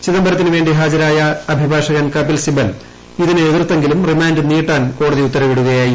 ചിദംബരത്തിനുവേണ്ടി ഹാജരായ അഭിഭാഷകൻ കപിൽ സിബൽ ഇതിനെ എതിർത്തെങ്കിലും റിമാന്റ് നീട്ടാൻ കോടതി ഉത്തരവിടുകയായിരുന്നു